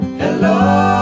hello